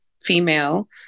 female